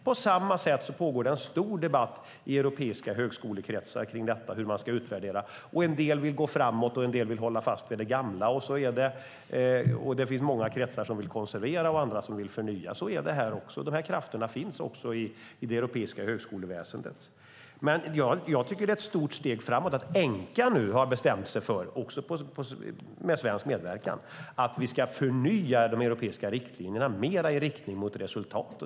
På samma sätt pågår det en stor debatt i europeiska högskolekretsar om hur man ska utvärdera. En del vill gå framåt, och en del vill hålla fast vid det gamla. Det finns många kretsar som vill konservera och andra som vill förnya, och så är det här också. De här krafterna finns också i det europeiska högskoleväsendet. Jag tycker att det är ett stort steg framåt att Enqa nu, med svensk medverkan, har bestämt sig för att vi ska förnya de europeiska riktlinjerna mer i riktning mot resultat.